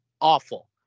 awful